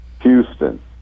Houston